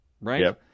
right